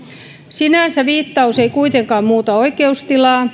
sinänsä viittaus ei kuitenkaan muuta oikeustilaa